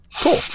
Cool